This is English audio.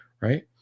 right